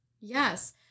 Yes